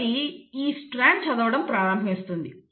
కాబట్టి ఈ స్ట్రాండ్ చదవడం ప్రారంభిస్తుంది